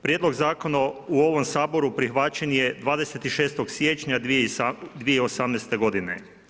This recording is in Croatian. Prijedlog zakona u ovom Saboru prihvaćen je 26. siječnja 2018. godine.